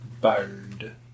Bird